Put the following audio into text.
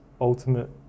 ultimate